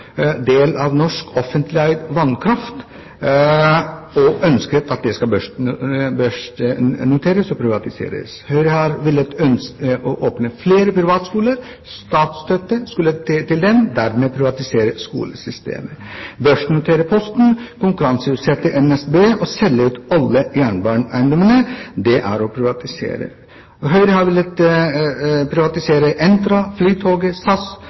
del av norsk offentlig eid vannkraft – de har ønsket at dette skulle børsnoteres og privatiseres. Høyre har ønsket å åpne flere privatskoler, gi statsstøtte til dem – og dermed ville de privatisere skolesystemet. Høyre har ønsket å børsnotere Posten, konkurranseutsette NSB og selge ut alle jernbaneeiendommene. Det er å privatisere. Høyre har villet privatisere Entra, Flytoget,